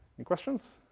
any questions?